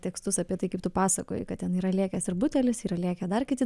tekstus apie tai kaip tu pasakoji kad ten yra lėkęs ir butelis yra lėkę dar kiti